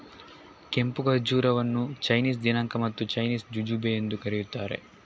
ಕೆಂಪು ಖರ್ಜೂರವನ್ನು ಚೈನೀಸ್ ದಿನಾಂಕ ಮತ್ತು ಚೈನೀಸ್ ಜುಜುಬೆ ಎಂದೂ ಕರೆಯುತ್ತಾರೆ